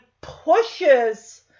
pushes